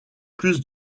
plus